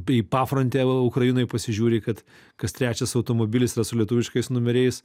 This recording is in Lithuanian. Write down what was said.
į pafrantę va ukrainoj pasižiūri kad kas trečias automobilis yra su lietuviškais numeriais